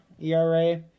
ERA